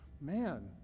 man